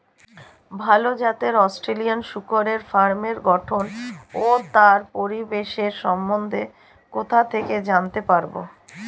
ভাল জাতের অস্ট্রেলিয়ান শূকরের ফার্মের গঠন ও তার পরিবেশের সম্বন্ধে কোথা থেকে জানতে পারবো?